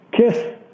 kiss